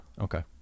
Okay